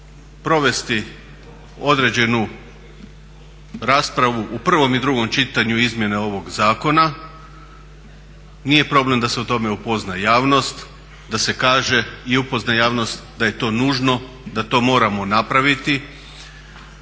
provesti određenu raspravu u prvom i drugom čitanju izmjene ovog zakona, nije problem da se o tome upozna javnost, da se kaže i upozna javnost da je to nužno, da to moramo napraviti